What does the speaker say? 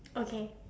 okay